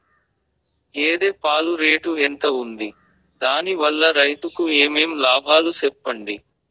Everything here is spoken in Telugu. గేదె పాలు రేటు ఎంత వుంది? దాని వల్ల రైతుకు ఏమేం లాభాలు సెప్పండి?